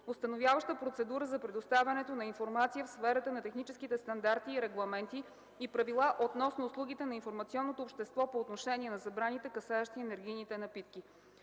установяваща процедура за предоставянето на информация в сферата на техническите стандарти и регламенти, и правила относно услугите на информационното общество по отношение на забраните, касаещи енергийните напитки.